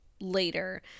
later